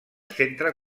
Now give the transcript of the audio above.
centre